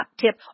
tip